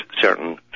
certain